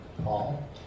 Paul